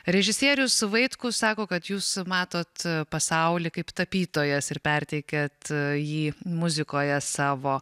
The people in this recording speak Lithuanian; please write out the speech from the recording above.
režisierius vaitkus sako kad jūs matot pasaulį kaip tapytojas ir perteikiat jį muzikoje savo